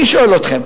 אני שואל אתכם,